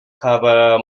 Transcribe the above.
cover